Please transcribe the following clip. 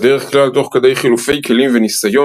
בדרך כלל תוך כדי חילופי כלים וניסיון